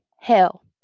hell